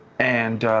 and